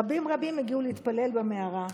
רבים רבים הגיעו להתפלל במערה.